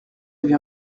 avez